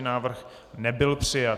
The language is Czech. Návrh nebyl přijat.